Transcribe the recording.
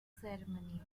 ceremony